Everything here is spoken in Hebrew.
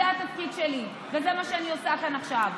זה התפקיד שלי וזה מה שאני עושה כאן עכשיו,